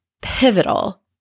pivotal